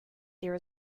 there